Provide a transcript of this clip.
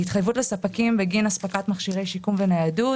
התחייבות לספקים בגין אספקת מכשירי שיקום וניידות